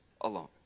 alone